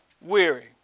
weary